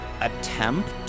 attempt